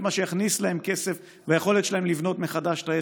מה שיכניס להם כסף ואת היכולת שלהם לבנות מחדש את העסק.